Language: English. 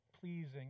pleasing